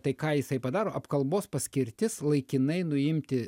tai ką jisai padaro apkalbos paskirtis laikinai nuimti